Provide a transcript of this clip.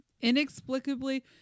Inexplicably